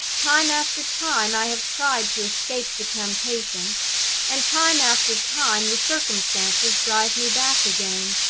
time after time i have tried to escape the temptation and time after time the circumstances drive me back again.